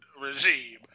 regime